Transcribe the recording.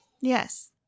Yes